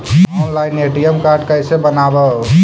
Online ATM card कैसे बनाबौ?